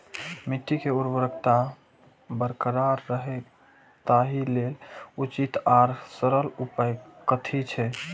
मिट्टी के उर्वरकता बरकरार रहे ताहि लेल उचित आर सरल उपाय कथी छे?